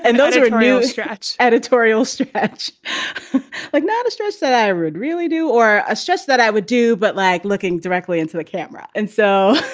and those are and real stretch editorials stretch like not a stretch that i read really do or ah suggest that i would do, but lag looking directly into the camera. and so.